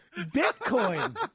Bitcoin